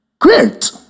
Great